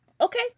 okay